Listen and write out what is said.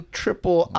triple